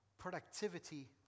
productivity